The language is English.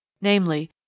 namely